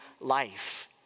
life